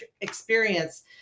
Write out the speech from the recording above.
experience